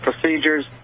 procedures